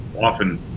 often